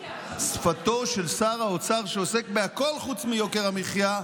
משפתו של שר האוצר, שעוסק בכול חוץ מיוקר המחיה,